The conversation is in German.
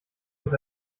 uns